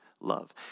love